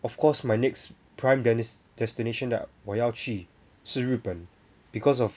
of course my next prime destin~ destination that 我要去是日本 because of